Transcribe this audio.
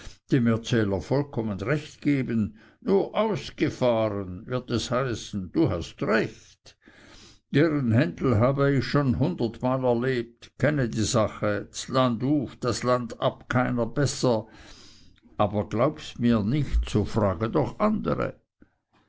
dem erzähler vollkommen recht geben nur ausgefahren wird es heißen du hast recht deren händel habe ich schon hundertmal erlebt kenne die sache ds land auf ds land ab keiner besser aber glaubst mir nicht so frage noch andere